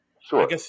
Sure